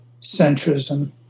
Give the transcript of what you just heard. centrism